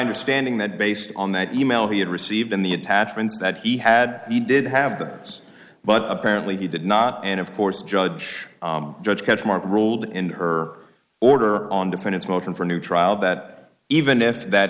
understanding that based on that e mail he had received in the attachments that he had he did have that but apparently he did not and of course judge judge matsch mark ruled in her order on defense motion for a new trial that even if that